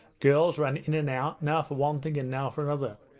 girls ran in and out, now for one thing and now for another.